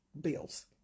bills